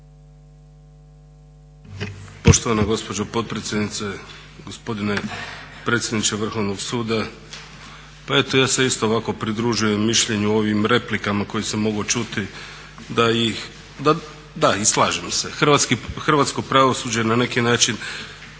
hrvatsko pravosuđe je na neki način